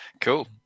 Cool